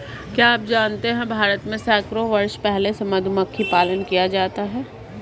क्या आप जानते है भारत में सैकड़ों वर्ष पहले से मधुमक्खी पालन किया जाता रहा है?